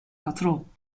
katrol